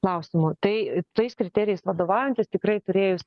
klausimų tai tais kriterijais vadovaujantis tikrai turėjus